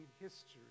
history